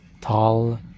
tall